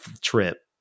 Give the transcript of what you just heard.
trip